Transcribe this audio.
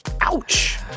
Ouch